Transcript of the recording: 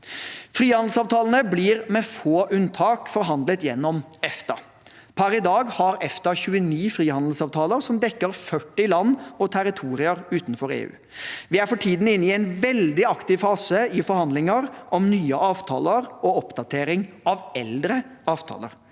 Frihandelsavtalene blir med få unntak forhandlet gjennom EFTA. Per i dag har EFTA 29 frihandelsavtaler som dekker 40 land og territorier utenfor EU. Vi er for tiden inne i en veldig aktiv fase i forhandlinger om nye avtaler og oppdatering av eldre avtaler.